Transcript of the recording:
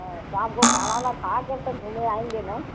हाँ शाम को खाना वाना खा के तब घूमे आएँगे न